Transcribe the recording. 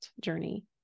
journey